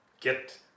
get